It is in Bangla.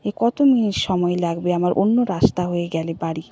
যে কত মিনিট সময় লাগবে আমার অন্য রাস্তা হয়ে গেলে বাড়ি